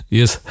yes